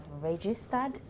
registered